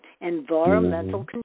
Environmental